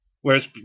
Whereas